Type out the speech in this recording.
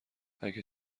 اگه